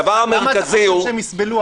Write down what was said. הדבר המרכזי הוא --- אבל למה אתה חושב שהם יסבלו?